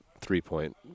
three-point